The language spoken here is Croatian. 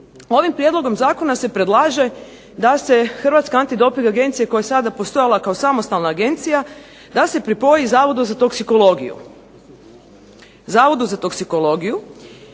Ovim prijedlogom zakona se predlaže da se Hrvatska antidoping agencija koja je sada postojala kao samostalna agencija da se pripoji Zavodu za toksikologiju koji bi zapravo